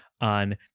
on